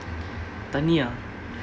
தண்ணி:thanni ah